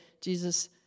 Jesus